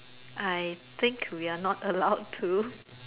I think we are not allowed to